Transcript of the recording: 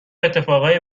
اتفاقای